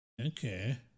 Okay